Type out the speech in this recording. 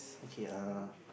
okay uh